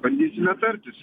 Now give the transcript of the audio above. bandysime tartis